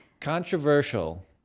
controversial